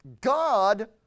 God